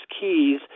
keys